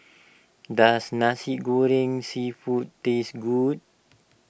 does Nasi Goreng Seafood taste good